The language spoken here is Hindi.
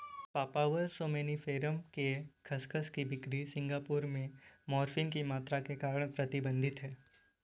पापावर सोम्निफेरम के खसखस की बिक्री सिंगापुर में मॉर्फिन की मात्रा के कारण प्रतिबंधित है